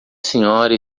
senhora